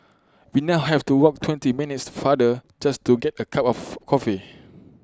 we now have to walk twenty minutes farther just to get A cup of coffee